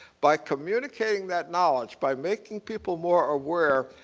by communicating that knowledge, by making people more aware,